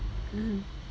mm